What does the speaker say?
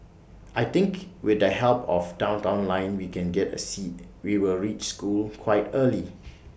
I think with the help of downtown line we can get A seat we'll reach school quite early